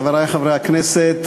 חברי חברי הכנסת,